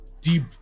deep